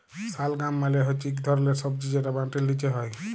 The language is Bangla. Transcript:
শালগাম মালে হচ্যে ইক ধরলের সবজি যেটা মাটির লিচে হ্যয়